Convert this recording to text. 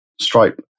Stripe